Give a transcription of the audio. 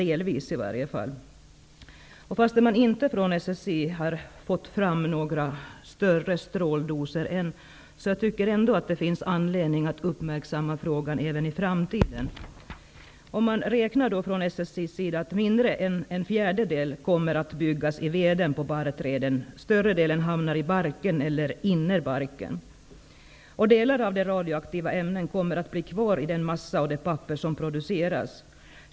Trots att man från SSI:s sida ännu inte kunnat konstatera några större stråldoser, finns det anledning att även i framtiden uppmärksamma frågan. På SSI räknar man med att mindre än en fjärdedel av föroreningarna kommer att finnas i veden på barrträden, medan större delen hamnar på barken eller inne i barken. Delar av radioaktiva ämnen kommer att bli kvar i den massa och det papper som produceras.